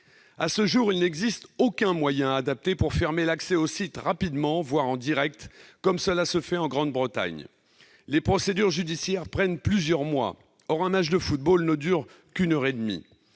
À ce jour, il n'existe aucun moyen adapté pour fermer l'accès aux sites rapidement, voire en direct, comme cela se fait en Grande-Bretagne. Les procédures judiciaires prennent plusieurs mois. Or, un match de football ne dure qu'une heure et demie